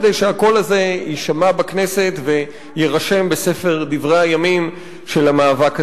כדי שהקול הזה יישמע בכנסת ויירשם בספר דברי הימים של המאבק הזה.